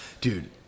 Dude